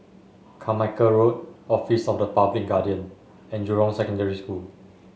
Carmichael Road Office of the Public Guardian and Jurong Secondary School